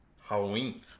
Halloween